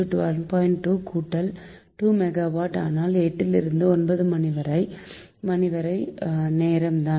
2 கூட்டல் 2 மெகாவாட் ஆனால் 8லிருந்து 9 வரை ஒரே மணி நேரம் தான்